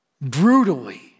brutally